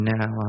Now